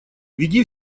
веди